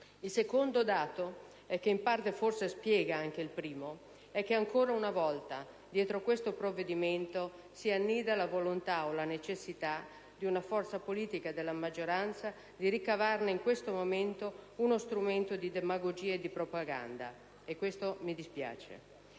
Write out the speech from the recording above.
Il secondo dato, che in parte forse spiega anche il primo, è che ancora una volta, dietro questo provvedimento, si annida la volontà, o la necessità, di una forza politica della maggioranza di ricavarne in questo momento uno strumento di demagogia e di propaganda. E questo mi dispiace.